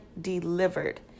delivered